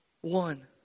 One